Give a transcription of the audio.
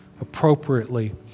appropriately